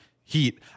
heat